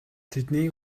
тэдний